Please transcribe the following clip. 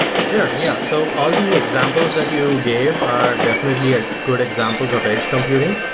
sure. yeah, so all the examples that you gave are definitely ah good examples of edge computing.